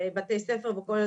בתי הספר וכו'.